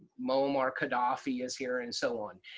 muammar al-gaddafi is here, and so on.